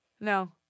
No